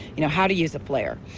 you know how to use a flair.